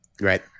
Right